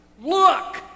Look